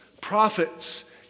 prophets